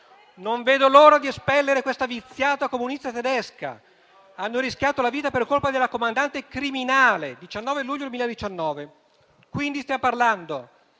«Non vedo l'ora di espellere questa viziata comunista tedesca!». «Hanno rischiato la vita per colpa della comandante criminale». (19 luglio 2019) Quindi, stiamo parlando